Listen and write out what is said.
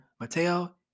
Mateo